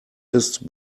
ist